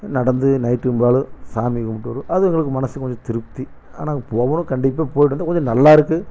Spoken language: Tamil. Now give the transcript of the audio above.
நடந்து நைட்டும் பகலும் சாமி கும்பிட்டு வருவோம் அது எங்களுக்கு மனதுக்கு கொஞ்சம் திருப்தி ஆனால் போகணும் கண்டிப்பாக போயிட்டு வந்தால் கொஞ்சம் நல்லாயிருக்கும்